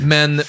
Men